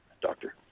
doctor